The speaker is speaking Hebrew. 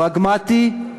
פרגמטי,